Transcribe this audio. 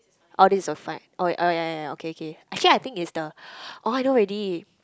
all this a fine oh oh ya ya ya okay okay actually I think it's the oh I know already